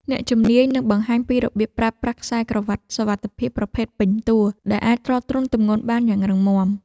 អ្នកជំនាញនឹងបង្ហាញពីរបៀបប្រើប្រាស់ខ្សែក្រវាត់សុវត្ថិភាពប្រភេទពេញតួ ដែលអាចទ្រទ្រង់ទម្ងន់បានយ៉ាងរឹងមាំ។